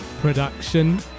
production